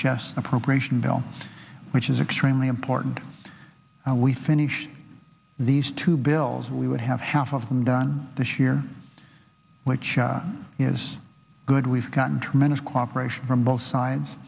chicest appropriation bill which is extremely important and we finished these two bills we would have half of them done this year which is good we've gotten tremendous cooperation from both sides